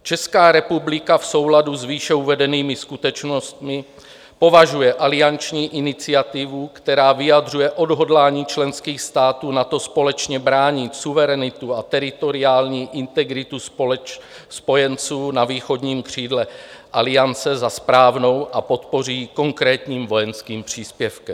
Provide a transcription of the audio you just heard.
Česká republika v souladu s výše uvedenými skutečnostmi považuje alianční iniciativu, která vyjadřuje odhodlání členských států NATO společně bránit suverenitu a teritoriální integritu spojenců na východním křídle Aliance, za správnou a podpoří ji konkrétním vojenským příspěvkem.